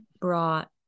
brought